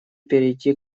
перейти